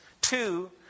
Two